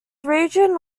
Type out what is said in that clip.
region